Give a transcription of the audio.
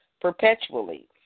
perpetually